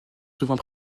souvent